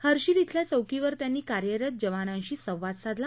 हर्षिल धिल्या चौकीवर त्यांनी कार्यरत जवानांशी संवाद साधला